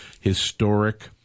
historic